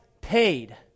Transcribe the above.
paid